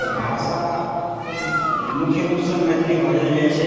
तऽ भाषा मुख्य रूप से मैथिली बाजल जाइत छै